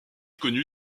connu